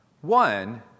One